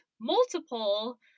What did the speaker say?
multiple